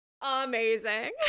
Amazing